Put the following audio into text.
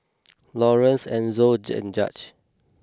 Laurence Enzo and Judge